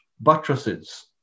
buttresses